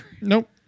Nope